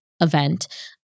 event